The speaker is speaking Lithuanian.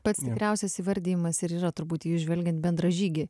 pats tikriausias įvardijimas ir yra turbūt į jus žvelgiant bendražygi